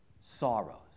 sorrows